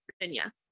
Virginia